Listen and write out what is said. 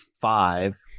five